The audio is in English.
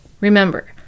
Remember